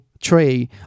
tray